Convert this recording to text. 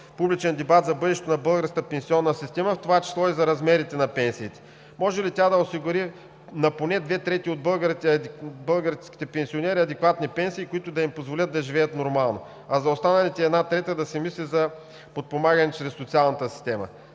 публичен дебат за бъдещето на българската пенсионна система, в това число и за размерите на пенсиите. Може ли тя да осигури поне на две трети от българските пенсионери адекватни пенсии, които да им позволят да живеят нормално, а за останалата една трета да се мисли за подпомагане чрез социалната система?